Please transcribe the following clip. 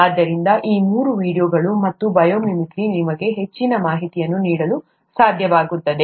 ಆದ್ದರಿಂದ ಈ ಮೂರು ವೀಡಿಯೊಗಳು ಮತ್ತು ಬಯೋ ಮಿಮಿಕ್ರಿ ನಿಮಗೆ ಹೆಚ್ಚಿನ ಮಾಹಿತಿಯನ್ನು ನೀಡಲು ಸಾಧ್ಯವಾಗುತ್ತದೆ